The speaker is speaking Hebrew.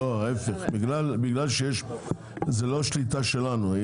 לא, ההיפך, זה לא שליטה שלנו.